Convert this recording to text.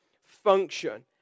function